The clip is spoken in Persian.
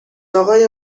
اقای